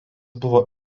buvo